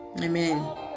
Amen